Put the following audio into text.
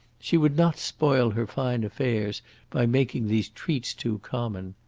she would not spoil her fine affairs by making these treats too common.